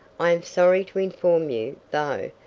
i am sorry to inform you, though,